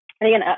again